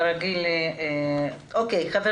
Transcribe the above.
תומר אקסלרוד